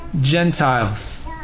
Gentiles